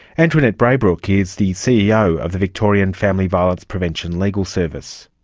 antoinette braybrook is the ceo of the victorian family violence prevention legal service.